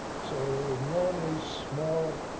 so they were normally small,